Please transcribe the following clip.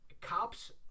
cops